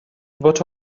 what